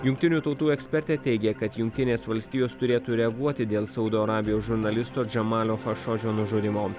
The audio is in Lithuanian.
jungtinių tautų ekspertė teigia kad jungtinės valstijos turėtų reaguoti dėl saudo arabijos žurnalisto džamalio fašodžio nužudymo